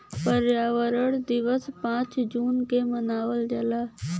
पर्यावरण दिवस पाँच जून के मनावल जाला